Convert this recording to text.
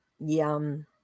Yum